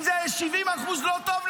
אם 70% לא טוב,